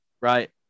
right